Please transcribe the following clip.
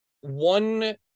one